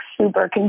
super